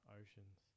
oceans